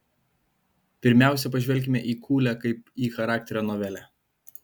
pirmiausia pažvelkime į kūlę kaip į charakterio novelę